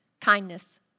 kindness